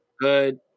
good